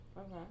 Okay